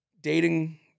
dating